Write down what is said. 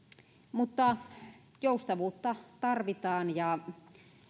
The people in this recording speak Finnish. mutta joustavuutta tarvitaan ja